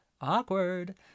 Awkward